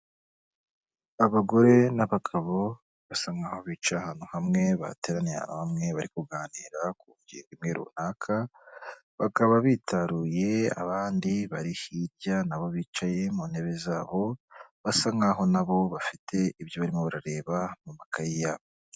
Abagore n'abagabo basa nkaho bicaye ahantu hamwe. Bateraniye ahantu hamwe bari kuganira ku ngingo imwe runaka. Bakaba bitaruye abandi bari hirya nabo bicaye mu ntebe zabo, basa nkaho na bo bafite ibyo barimo bareba mu makayi yabo.